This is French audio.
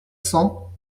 cents